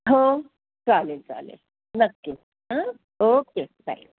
हो चालेल चालेल नक्की हां ओके बाय